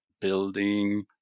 building